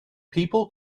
people